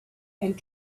and